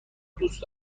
دوست